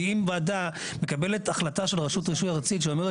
כי אם וועדה מקבלת החלטה של רשות הרישוי הארצית שאומרת